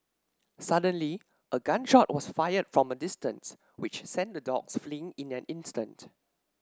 suddenly a gun shot was fired from a distance which sent the dogs fleeing in an instant